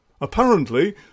Apparently